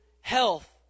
health